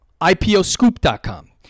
iposcoop.com